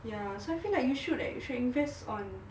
ya so I feel like you should you should invest on